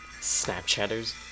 Snapchatters